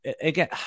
again